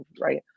Right